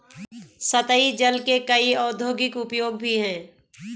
सतही जल के कई औद्योगिक उपयोग भी हैं